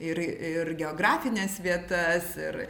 ir ir geografines vietas ir